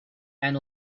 and